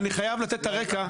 אני חייב לתת את הרקע.